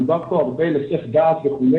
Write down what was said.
דובר פה הרבה על היסח דעות וכו',